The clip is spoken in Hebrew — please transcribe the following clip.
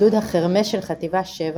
גדוד החרמ"ש של חטיבה 7,